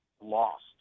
lost